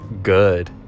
good